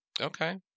okay